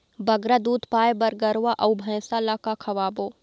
बगरा दूध पाए बर गरवा अऊ भैंसा ला का खवाबो?